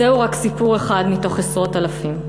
זהו רק סיפור אחד מתוך עשרות אלפים.